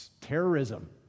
terrorism